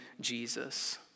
Jesus